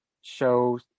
show